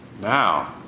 Now